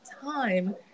time